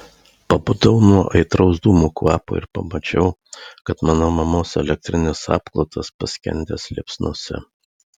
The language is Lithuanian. pabudau nuo aitraus dūmų kvapo ir pamačiau kad mano mamos elektrinis apklotas paskendęs liepsnose